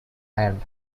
end